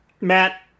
Matt